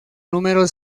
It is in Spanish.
número